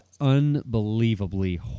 unbelievably